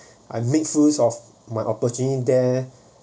I make full use of my opportunity there